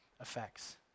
effects